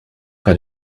got